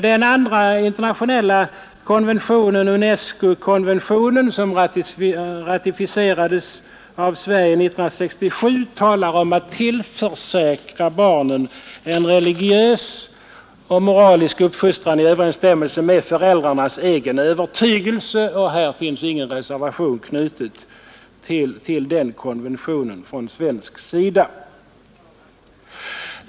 Den andra internationella konventionen, UNESCO-konventionen, som ratificerades av Sverige 1967, talar om att tillförsäkra barnen en religiös och moralisk uppfostran i överensstämmelse med föräldrarnas egen övertygelse, och det finns ingen reservation knuten till den konventionen från svensk sida.